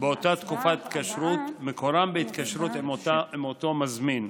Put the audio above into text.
באותה תקופת התקשרות מקורם בהתקשרות עם אותו מזמין".